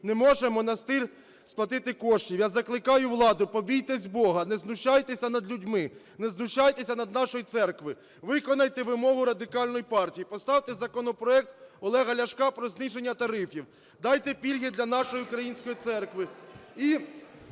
Не може монастир сплатити кошти. Я закликаю владу, побійтесь Бога, не знущайтеся над людьми, не знущайтеся над нашою церквою. Виконайте вимогу Радикальної партії, поставте законопроект Олега Ляшка про зниження тарифів, дайте пільги для нашої української церкви.